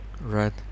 right